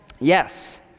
Yes